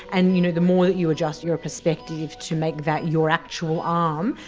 and you know the more that you adjust your perspective to make that your actual arm,